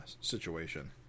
situation